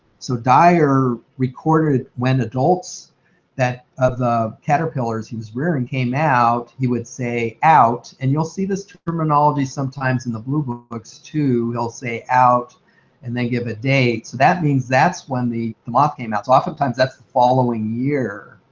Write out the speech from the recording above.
so dyar recorded when adults of the caterpillars he was rearing came out. he would say out. and you'll see this terminology sometimes in the blue books too, he'll say out and then give a date. that means that's when the the moth came out. so oftentimes that's the following year